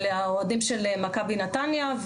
על האוהדים של מכבי נתניה,